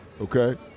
Okay